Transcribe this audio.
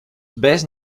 best